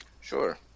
Sure